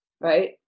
Right